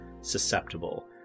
susceptible